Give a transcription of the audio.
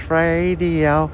radio